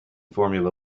formula